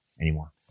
anymore